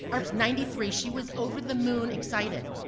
um was ninety three. she was over the moon excited.